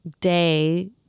day